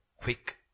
quick